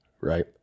right